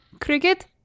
Cricket